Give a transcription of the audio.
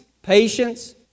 Patience